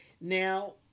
now